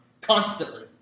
constantly